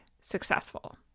successful